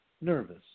nervous